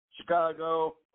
Chicago